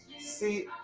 See